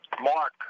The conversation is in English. Mark